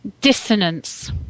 dissonance